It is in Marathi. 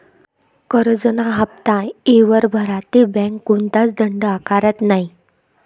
करजंना हाफ्ता येयवर भरा ते बँक कोणताच दंड आकारत नै